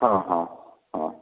ହଁ ହଁ ହଁ